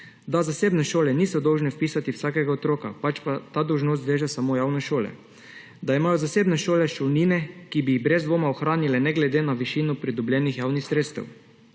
Da zasebne šole niso dolžne vpisati vsakega otroka, pač pa ta dolžnost veže samo javne šole. Da imajo zasebne šole šolnine, ki bi jih brez dvoma ohranile ne glede na višino pridobljenih javnih sredstev.